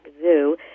Zoo